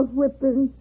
whipping